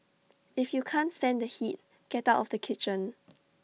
if you can't stand the heat get out of the kitchen